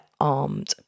armed